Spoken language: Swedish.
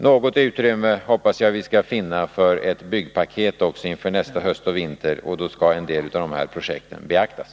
Något utrymme hoppas jag vi skall finna för ett byggpaket inför nästa höst och vinter, och då skall en del av de här projekten beaktas.